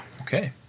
Okay